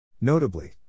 Notably